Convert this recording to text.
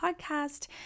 podcast